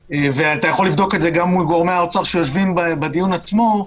ואתה יכול לבדוק את זה גם מול גורמי האוצר שיושבים בדיון עצמו,